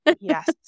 yes